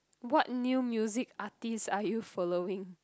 what new music artist are you following